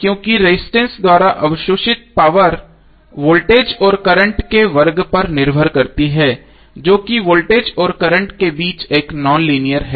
क्योंकि रजिस्टेंस द्वारा अवशोषित पावर वोल्टेज और करंट के वर्ग पर निर्भर करती है जो कि वोल्टेज और करंट के बीच एक नॉन लीनियर है